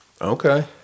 Okay